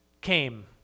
came